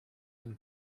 and